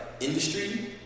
industry